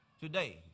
today